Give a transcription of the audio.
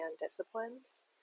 disciplines